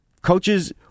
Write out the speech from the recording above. coaches